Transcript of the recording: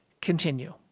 continue